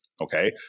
okay